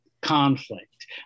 conflict